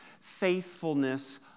faithfulness